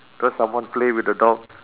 cause someone play with the dog